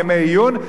ימי עיון,